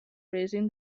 raising